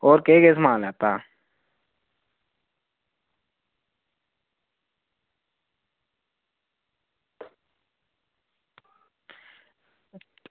होर केह् केह् समान लैता हा